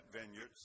vineyards